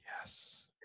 yes